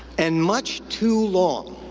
and much too long.